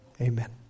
Amen